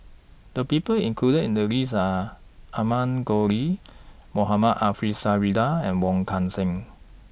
The People included in The list Are Amanda Koe Lee Mohamed Ariff Suradi and Wong Kan Seng